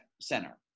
center